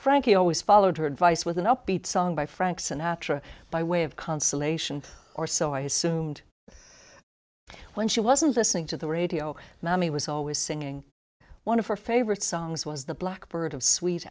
frankie always followed her advice with an upbeat song by frank sinatra by way of consolation or so i assumed when she wasn't listening to the radio mommy was always singing one of her favorite songs was the blackbird of sweet